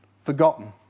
forgotten